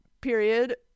period